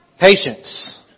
Patience